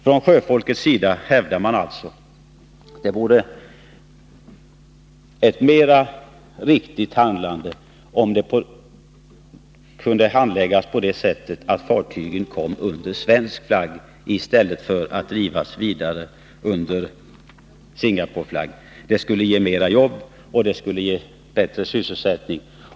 Från sjöfolkets sida hävdas alltså att det vore riktigare om denna fråga kunde handläggas på sådant sätt att fartygen kom under svensk flagg i stället för att drivas under Singaporeflagg. Det skulle ge mera jobb, bättre sysselsättning.